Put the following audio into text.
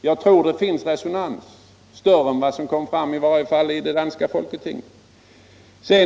Jag tror att det finns resonans för den — större resonans än den som kom fram i danska folketinget.